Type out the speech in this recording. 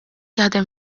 jaħdem